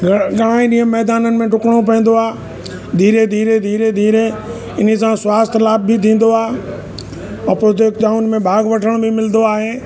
घण घणा ई ॾींहुं मैदाननि में ॾुकणो पवंदो आहे धीरे धीरे धीरे धीरे इन सां स्वास्थ्य लाभ बि थींदो आहे ऐं पोइ प्रतियोगिताउनि में भाॻु वठण बि मिलंदो आहे